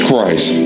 Christ